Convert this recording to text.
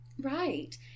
right